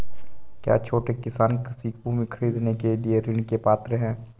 क्या छोटे किसान कृषि भूमि खरीदने के लिए ऋण के पात्र हैं?